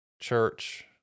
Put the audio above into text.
church